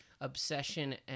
obsession